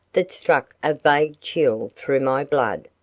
that struck a vague chill through my blood,